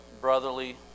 brotherly